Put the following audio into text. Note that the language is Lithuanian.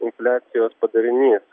infliacijos padarinys